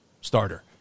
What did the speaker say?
starter